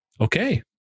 Okay